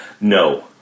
No